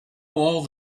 all